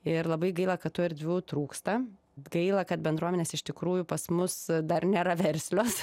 ir labai gaila kad tų erdvių trūksta gaila kad bendruomenės iš tikrųjų pas mus dar nėra verslios